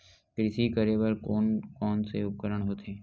कृषि करेबर कोन कौन से उपकरण होथे?